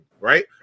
right